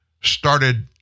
started